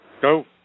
Go